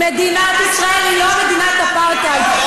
מדינת ישראל היא לא מדינת אפרטהייד,